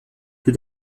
peu